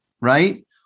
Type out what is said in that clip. right